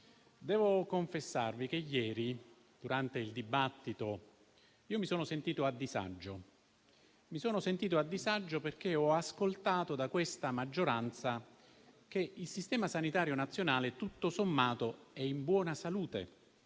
devo confessarvi che ieri durante il dibattito mi sono sentito a disagio, perché ho ascoltato da questa maggioranza che il Sistema sanitario nazionale, tutto sommato, è in buona salute,